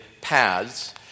paths